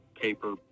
paper